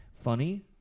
funny